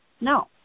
no